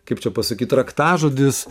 kaip čia pasakyt raktažodis